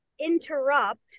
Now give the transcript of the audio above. interrupt